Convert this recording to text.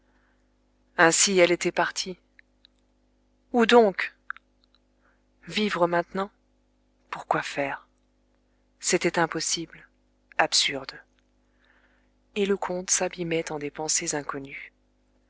ainsi elle était partie où donc vivre maintenant pour quoi faire c'était impossible absurde et le comte s'abîmait en des pensées inconnues